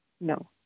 No